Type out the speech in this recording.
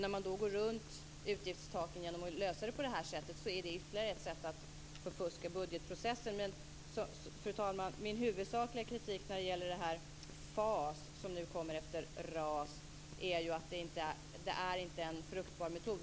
När man går runt utgiftstaken genom att lösa problemet på det här sättet är det ytterligare ett sätt att förfuska budgetprocessen. Fru talman! Min huvudsakliga kritik mot FAS, som nu kommer efter RAS, är att det inte är en fruktbar metod.